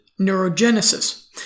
neurogenesis